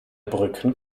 brücken